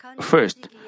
first